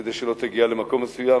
כדי שלא תגיע למקום מסוים.